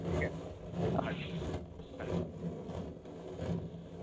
ठीक ऐ अच्छा अच्छा